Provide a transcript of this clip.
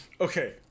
Okay